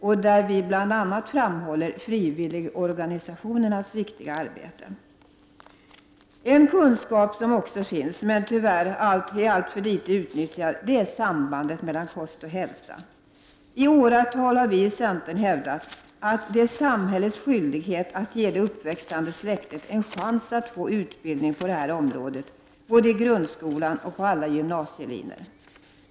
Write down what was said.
Vi framhåller bl.a. frivilligorganisationernas viktiga arbete. En kunskap som också finns, men som tyvärr är alltför litet utnyttjad, är kunskapen om sambandet mellan kost och hälsa. I åratal har vi i centern hävdat att det är samhällets skyldighet att ge det uppväxande släktet en chans att få utbildning i dessa frågor både i grundskolan och på alla gymnasielinjer.